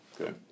Okay